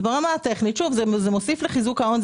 ברמה הטכנית זה מוסיף לחיזוק ההון.